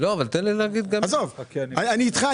אני איתך.